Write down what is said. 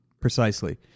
Precisely